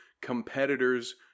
competitors